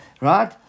right